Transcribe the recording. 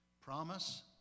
promise